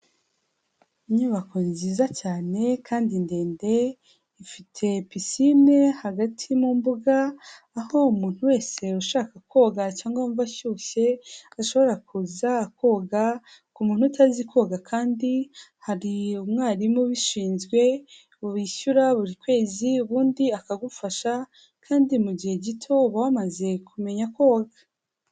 Inyubako nziza cyane kandi ndende ifite pisine hagati mu mbuga, aho umuntu wese ushaka koga cyangwa wumva ashyushye ashobora kuza akoga, ku muntu utazi koga kandi hari umwarimu ubishinzwe wishyura buri kwezi ubundi akagufasha, kandi mu gihe gito uba wamaze kumenya koga.